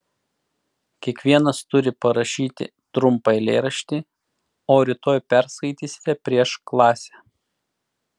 kiekvienas turi parašyti trumpą eilėraštį o rytoj perskaitysite prieš klasę